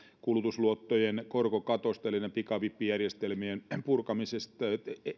kulutusluottojen korkokatosta eli pikavippijärjestelmien purkamisesta tai